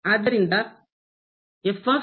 ಆದ್ದರಿಂದ ಎಲ್ಲೆಡೆ ನಿರಂತರವಾಗಿರುತ್ತದೆ